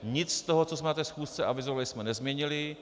Nic z toho, co jsme na schůzce avizovali, jsme nezměnili.